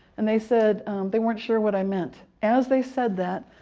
and they said they weren't sure what i meant. as they said that,